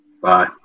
bye